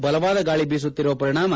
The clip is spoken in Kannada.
ಬಲವಾದ ಗಾಳಿ ಬೀಸುತ್ತಿರುವ ಪರಿಣಾಮ